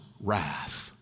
wrath